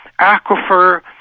aquifer